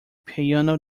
piano